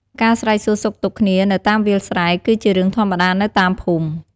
ការស្រែកសួរសុខទុក្ខគ្នានៅតាមវាលស្រែ គឺជារឿងធម្មតានៅតាមភូមិ។